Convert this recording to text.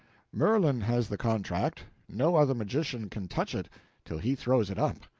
merlin has the contract no other magician can touch it till he throws it up.